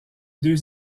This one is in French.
deux